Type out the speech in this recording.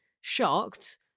shocked